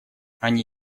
они